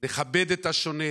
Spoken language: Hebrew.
נכבד את השונה,